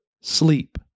sleep